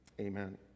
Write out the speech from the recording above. amen